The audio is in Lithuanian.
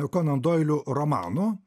konandoilių romanų